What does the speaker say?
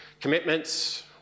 commitments